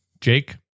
Jake